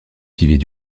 vivaient